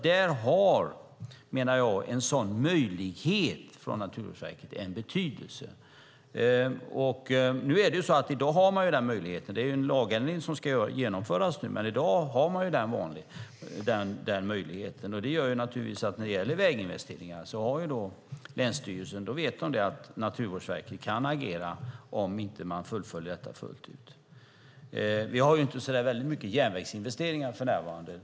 Där har, menar jag, en sådan möjlighet för Naturvårdsverket en betydelse. I dag har man den möjligheten. Det är ju en lagändring som ska genomföras nu, men i dag har man den möjligheten. När det gäller väginvesteringar vet länsstyrelsen att Naturvårdsverket kan agera om man inte fullföljer detta. Vi har inte så väldigt mycket järnvägsinvesteringar för närvarande.